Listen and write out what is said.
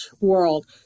world